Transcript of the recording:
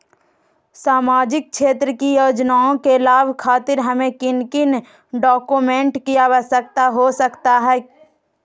सामाजिक क्षेत्र की योजनाओं के लाभ खातिर हमें किन किन डॉक्यूमेंट की आवश्यकता हो सकता है?